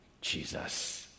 Jesus